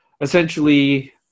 essentially